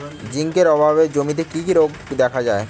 Zinc অভাবে জমিতে কি কি রোগ দেখাদেয়?